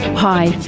hi,